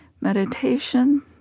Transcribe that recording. meditation